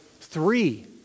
three